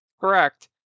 correct